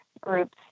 groups